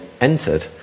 entered